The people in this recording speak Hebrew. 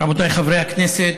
רבותיי חברי הכנסת,